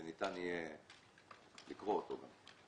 שניתן יהיה גם לקרוא אותו.